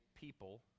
people